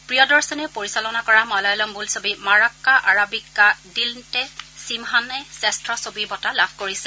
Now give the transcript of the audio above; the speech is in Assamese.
প্ৰিয়দৰ্শনে পৰিচালনা কৰা মালায়ালম বোলছবি মাৰাক্কা আৰাবিক্কা দিলিন্টে চিমহান্ শ্ৰেষ্ঠ ছবিৰ বঁটা লাভ কৰিছে